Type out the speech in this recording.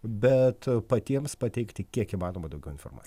bet patiems pateikti kiek įmanoma daugiau informa